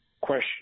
question